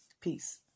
Peace